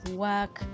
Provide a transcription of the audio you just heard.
work